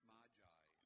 Magi